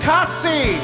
Kasi